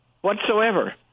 whatsoever